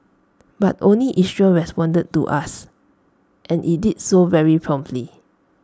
but only Israel responded to us and IT did so very promptly